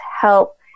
help